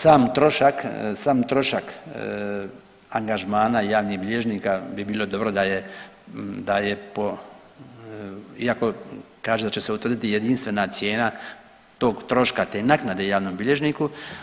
Sam trošak angažmana javnih bilježnika bi bilo dobro da je po, iako kaže da će se utvrditi jedinstvena cijena tog troška, te naknade javnom bilježniku.